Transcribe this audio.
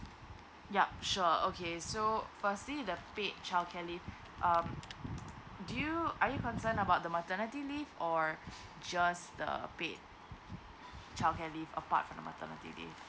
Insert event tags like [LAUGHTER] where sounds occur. yup sure okay so firstly the paid childcare leave [BREATH] um do you are you concerned about the maternity leave or just the paid childcare leave apart from the maternity leave